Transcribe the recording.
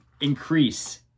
increase